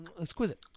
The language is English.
exquisite